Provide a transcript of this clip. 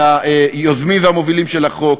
מהיוזמים והמובילים של החוק,